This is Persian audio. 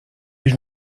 هیچ